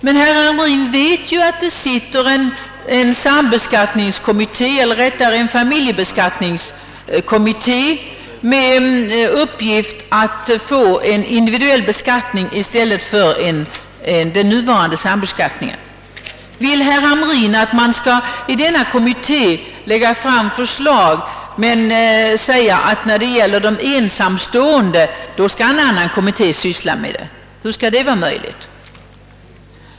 Men herr Hamrin vet ju att det tillsatts en familjebeskattningskommitté med uppgift att få till stånd en individuell beskattning i stället för den nuvarande sambeskattningen. Vill herr Hamrin att denna kommitté skall lägga fram sina förslag men att en annan kommitté skall syssla med de ensamståendes <<beskattningsproblem? Hur skall detta vara möjligt?